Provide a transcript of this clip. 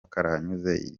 karahanyuze